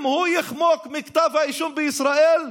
אם הוא יחמוק מכתב האישום בישראל,